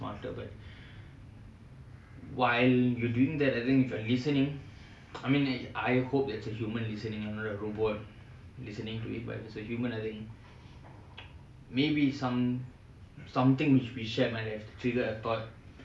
while you're doing that adding with a listening I mean and I hope that we have a human listening rather than a robot listening to it but if it's a human maybe some~ something which we shared might have helped to trigger a thought